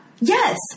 Yes